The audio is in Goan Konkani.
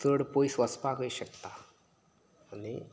चड पोयस वचपाकय शकता आनी